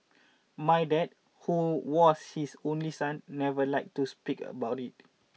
my dad who was his only son never liked to speak about it